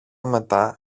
μετά